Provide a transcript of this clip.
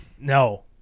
No